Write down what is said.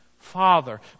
Father